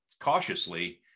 cautiously